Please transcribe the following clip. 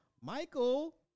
Michael